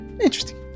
interesting